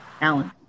Alan